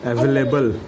Available